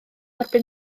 erbyn